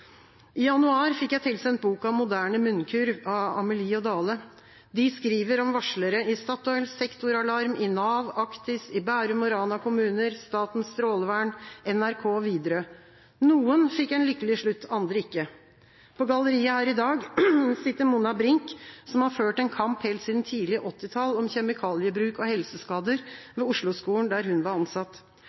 I januar fikk jeg tilsendt boka «Moderne munnkurv» av Amelie og Dahle. De skriver om varslere i Statoil, Sector Alarm, Nav, Actis, Bærum kommune, Rana kommune, Statens strålevern, NRK, Widerøe. Noen fikk en lykkelig slutt, andre ikke. På galleriet her i dag sitter Monna Brinch, som har ført en kamp helt siden tidlig på 1980-tallet om kjemikaliebruk og helseskader i Oslo-skolen der hun var ansatt.